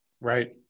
Right